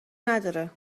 نداره